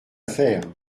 faire